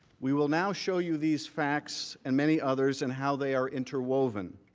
we will now show you these facts and many others and how they are interwoven.